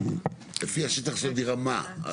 לפי השטח של הדירה, מה?